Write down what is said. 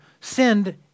send